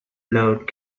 load